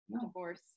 divorce